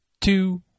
two